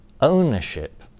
ownership